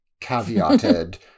caveated